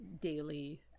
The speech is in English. daily